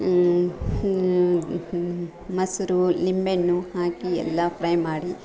ಮೊಸರು ನಿಂಬೆಹಣ್ಣು ಹಾಕಿ ಎಲ್ಲ ಫ್ರೈ ಮಾಡಿ